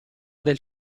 del